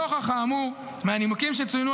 לנוכח האמור ומהנימוקים שצוינו,